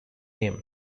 name